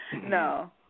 no